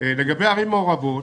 לגבי ערים מעורבות,